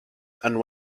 and